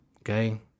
Okay